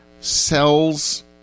Sells